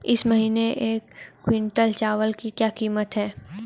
इस महीने एक क्विंटल चावल की क्या कीमत है?